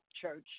church